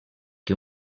que